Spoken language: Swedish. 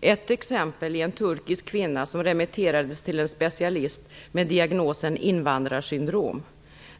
Ett exempel är en turkisk kvinna som remitterades till en specialist med diagnosen "invandrarsyndrom".